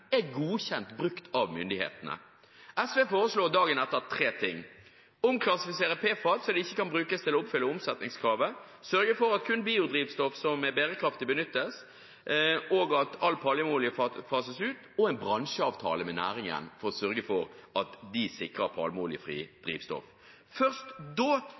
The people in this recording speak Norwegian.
er godkjent brukt av myndighetene. SV foreslo dagen etter tre ting: å omklassifisere PFAD slik at det ikke kan brukes til å oppfylle omsetningskravet, sørge for at kun biodrivstoff som er bærekraftig, benyttes, og at all palmeolje fases ut, og en bransjeavtale med næringen for å sørge for at de sikrer palmeoljefritt drivstoff. Først da